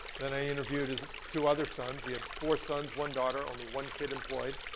then i interviewed his two other sons. he had four sons, one daughter, only one kid employed.